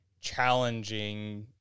challenging